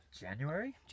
January